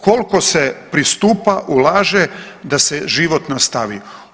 Koliko se pristupa, ulaže da se život nastavi.